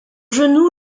genou